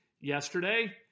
Yesterday